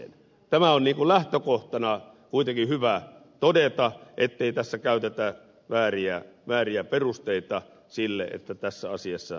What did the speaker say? tämä on niin kuin lähtökohtana kuitenkin hyvä todeta ettei tässä käytetä vääriä perusteita sille että tässä asiassa nyt toimitaan